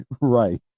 Right